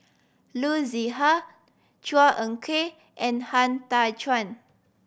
Loo Zihan Chua Ek Kay and Han Tan Chuan